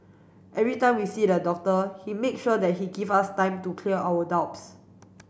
every time we see the doctor he make sure that he give us time to clear our doubts